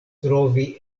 trovi